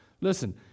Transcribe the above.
Listen